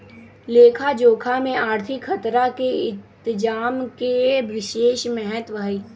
लेखा जोखा में आर्थिक खतरा के इतजाम के विशेष महत्व हइ